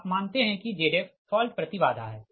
आप मानते हैं कि Zf फॉल्ट प्रति बाधा है